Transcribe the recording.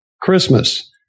Christmas